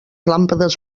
làmpades